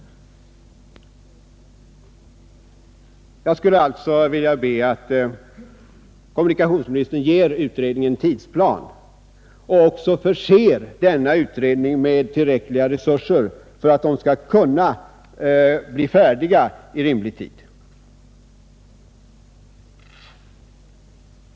Jag ber alltså kommunikationsministern ge utredningen en tidsplan och förse den med tillräckliga resurser för att den skall kunna bli färdig i rimlig tid.